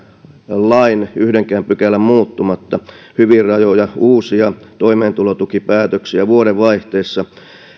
lain yhdenkään pykälän muuttumatta hyvin rajuja uusia toimeentulotukipäätöksiä vuodenvaihteessa